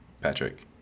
Patrick